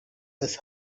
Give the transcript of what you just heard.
his